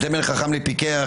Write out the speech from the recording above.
חכם לפיקח